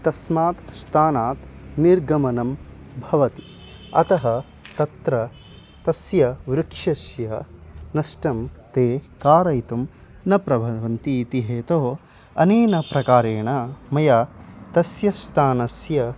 तस्मात् स्थानात् निर्गमनं भवति अतः तत्र तस्य वृक्षस्य नष्टं ते कारयितुं न प्रभवन्ति इति हेतोः अनेन प्रकारेण मया तस्य स्थानस्य